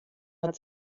hat